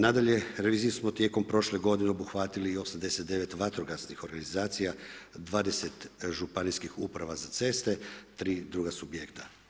Nadalje, revizijom smo tijekom prošle godine obuhvatili i 89 vatrogasnih organizacija, 20 županijskih uprava za ceste, 3 druga subjekta.